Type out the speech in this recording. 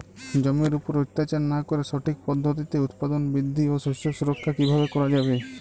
জমির উপর অত্যাচার না করে সঠিক পদ্ধতিতে উৎপাদন বৃদ্ধি ও শস্য সুরক্ষা কীভাবে করা যাবে?